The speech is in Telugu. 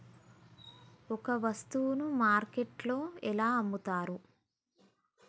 ఒక వస్తువును మార్కెట్లో ఎలా అమ్ముతరు?